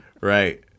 Right